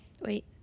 Wait